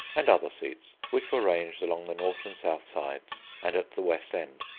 and other seats, which were ranged along the north and south sides and at the west end.